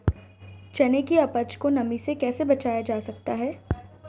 चने की उपज को नमी से कैसे बचाया जा सकता है?